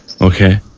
Okay